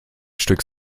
stück